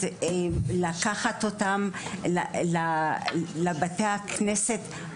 יותר כפי שהוא היה.